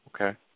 Okay